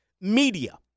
media